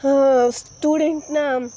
ಸ್ಟೂಡೆಂಟ್ನ